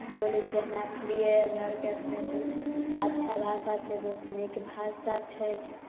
बोलै छियै मैथलिए हमरा अरके से बहुत अच्छा भाषा छै बहुत नीक भाषा छै